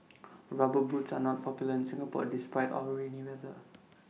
rubber boots are not popular in Singapore despite our rainy weather